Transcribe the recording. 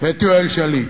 את יואל שליט.